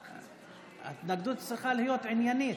כי התנגדות צריכה להיות עניינית.